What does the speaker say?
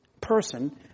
person